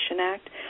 Act